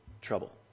trouble